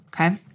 okay